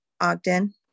ogden